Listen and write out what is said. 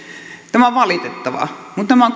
tämä on valitettavaa mutta tämä on